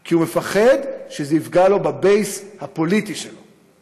כי הוא מפחד שזה יפגע לו ב-base הפוליטי שלו,